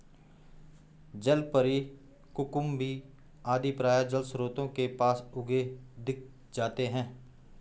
जलपरी, कुकुम्भी आदि प्रायः जलस्रोतों के पास उगे दिख जाते हैं